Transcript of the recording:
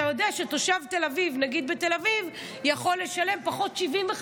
אתה יודע שתושב תל אביב יכול לשלם בתל אביב פחות 75%,